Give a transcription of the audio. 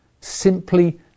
Simply